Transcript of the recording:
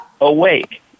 Awake